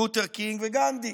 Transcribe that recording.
לותר קינג וגנדי.